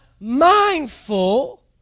mindful